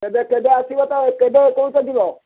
କେବେ କେବେ ଆସିବ ତ କେବେ କହୁଛ ଯିବ